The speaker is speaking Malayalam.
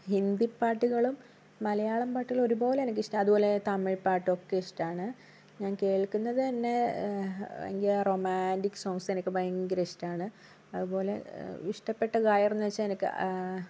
ഹിന്ദി പാട്ടുകളും മലയാളം പാട്ടുകളും ഒരുപോലെ എനിക്കിഷ്ട്ടാണ് അതുപോലെ തമിഴ് പാട്ടൊക്കെ ഇഷ്ട്ടമാണ് ഞാൻ കേൾക്കുന്നത് തന്നെ ഭയങ്കര റൊമാന്റിക് സോങ്സ് എനിക്ക് ഭയങ്കര ഇഷ്ട്ടാണ് അതുപോലെ ഇഷ്ട്ടപെട്ട ഗായകരെന്നു വച്ചാൽ എനക്ക്